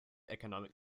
economic